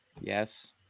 Yes